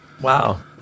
Wow